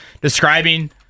describing